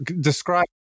describe